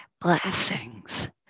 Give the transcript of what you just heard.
blessings